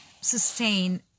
sustain